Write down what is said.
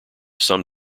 some